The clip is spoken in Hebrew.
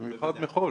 במיוחד מחו"ל.